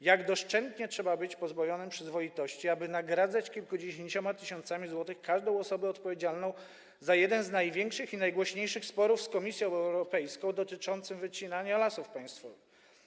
Jak doszczętnie trzeba być pozbawionym przyzwoitości, aby nagradzać kilkudziesięcioma tysiącami złotych każdą osobę odpowiedzialną za jeden z największych i najgłośniejszych sporów z Komisją Europejską, który dotyczył wycinania lasów państwowych?